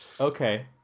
Okay